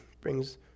brings